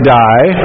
die